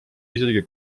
isegi